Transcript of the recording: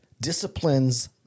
disciplines